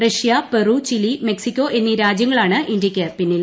Russia Peru Chile Mexico എന്നീ രാജ്യങ്ങളാണ് ഇന്ത്യയ്ക്ക് പിന്നിൽ